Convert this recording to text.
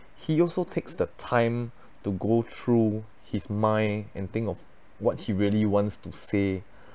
he also takes the time to go through his mind and think of what he really wants to say